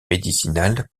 médicinales